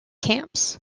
camps